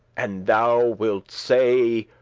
and thou wilt say,